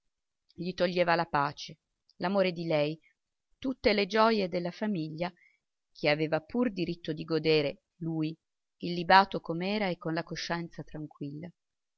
gli toglieva la pace l'amore di lei tutte le gioje della famiglia che aveva pur diritto di godere lui illibato com'era e con la coscienza tranquilla